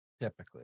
Typically